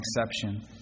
exception